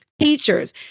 teachers